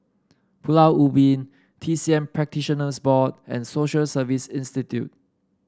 Pulau Ubin T C M Practitioners Board and Social Service Institute